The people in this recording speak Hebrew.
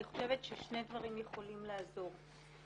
אני חושבת ששני דברים יכולים לעזור.